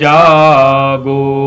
Jago